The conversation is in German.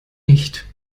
nicht